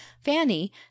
fanny